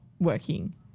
working